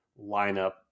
lineup